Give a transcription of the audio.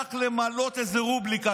שכח למלא איזו רובריקה.